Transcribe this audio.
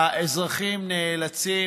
והאזרחים נאלצים,